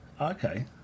Okay